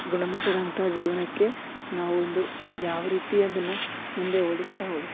ಗುಣಮಟ್ಟದಂಥಾ ಜೀವನಕ್ಕೆ ನಾವು ಒಂದು ಯಾವ ರೀತಿ ಅದನ್ನ ಮುಂದೆ ಓಡಿಸ್ತಾ ಓಡಿಸ್ತಾ